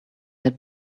had